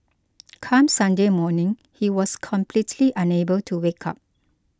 come Sunday morning he was completely unable to wake up